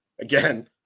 Again